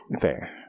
Fair